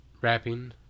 rapping